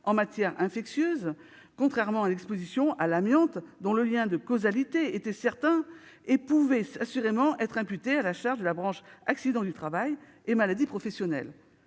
en matière infectieuse, contrairement à l'exposition à l'amiante, dont le lien de causalité était certain et pouvait assurément être imputé à la charge de la branche accidents du travail et maladies professionnelles.